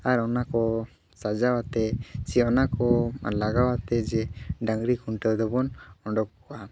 ᱟᱨ ᱚᱱᱟ ᱠᱚ ᱥᱟᱡᱟᱣ ᱟᱛᱮ ᱪᱮ ᱚᱱᱟ ᱠᱚ ᱞᱟᱜᱟᱣᱟᱛᱮ ᱡᱮ ᱰᱟᱹᱝᱨᱤ ᱠᱷᱩᱱᱴᱟᱹᱣ ᱫᱚᱵᱚᱱ ᱚᱸᱰᱚᱠ ᱠᱚᱣᱟ